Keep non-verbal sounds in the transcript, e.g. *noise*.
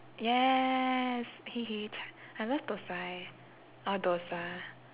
yes *noise* I love thosaii or dosa